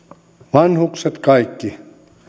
vanhukset kaikki